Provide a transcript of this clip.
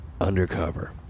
undercover